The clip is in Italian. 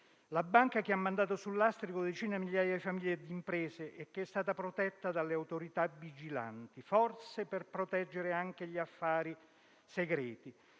La banca, che ha mandato sul lastrico decine di migliaia di famiglie e di imprese, è stata protetta dalle autorità vigilanti, forse per proteggere anche gli affari segreti.